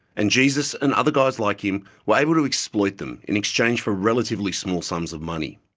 and jesus and other guys like him were able to exploit them, in exchange for relatively smalls sums of money.